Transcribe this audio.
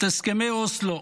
את הסכמי אוסלו,